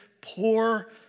poor